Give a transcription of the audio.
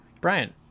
Brian